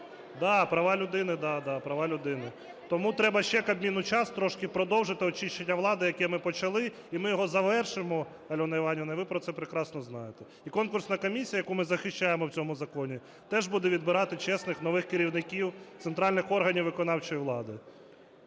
Да, права людини, да, да, права людини. Тому треба ще Кабміну час трошки продовжити очищення влади, яке ми почали, і ми його завершимо, Альоно Іванівно, і ви про це прекрасно знаєте. І конкурсна комісія, яку ми захищаємо в цьому законі, теж буде відбирати чесних нових керівників центральних органів виконавчої влади.